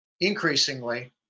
Increasingly